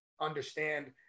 understand